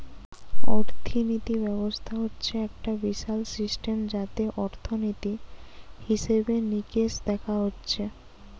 অর্থিনীতি ব্যবস্থা হচ্ছে একটা বিশাল সিস্টেম যাতে অর্থনীতি, হিসেবে নিকেশ দেখা হচ্ছে